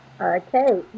Okay